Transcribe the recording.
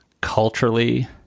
culturally